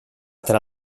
tra